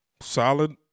solid